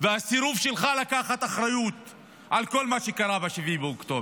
והסירוב שלך לקחת אחריות על כל מה שקרה ב-7 באוקטובר,